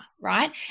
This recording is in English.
Right